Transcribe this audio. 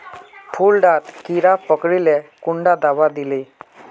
फुल डात कीड़ा पकरिले कुंडा दाबा दीले?